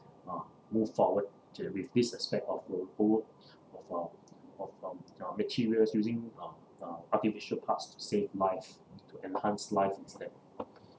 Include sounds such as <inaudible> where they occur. uh move forward with this aspect of the old world <breath> of uh of um materials using uh uh artificial parts to save life to enhance life instead